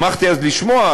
שמחתי אז לשמוע,